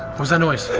but was that noise?